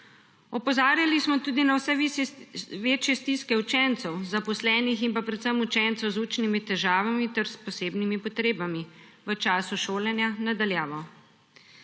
Opozarjali smo tudi na vse večje stiske učencev, zaposlenih in predvsem učencev z učnimi težavami ter s posebnimi potrebami v času šolanja na daljavo.